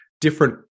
different